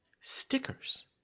stickers